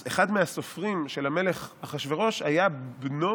אחד מהסופרים של המלך אחשוורוש היה בנו